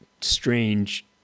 Strange